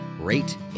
rate